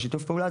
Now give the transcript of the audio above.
שיתוף הפעולה,